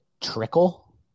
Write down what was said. trickle